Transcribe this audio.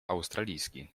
australijski